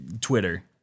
Twitter